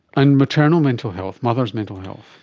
and maternal mental health, mother's mental health?